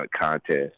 contest